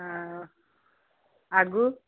हँ आगू